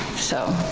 so.